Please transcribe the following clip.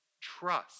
trust